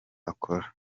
akora